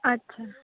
ਅੱਛਾ